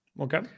Okay